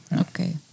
Okay